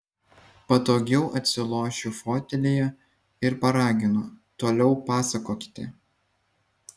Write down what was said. patogiau atsilošiu fotelyje ir paraginu toliau pasakokite